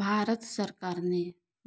भारत सरकारने